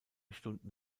stunden